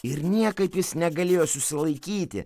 ir niekaip jis negalėjo susilaikyti